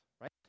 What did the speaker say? right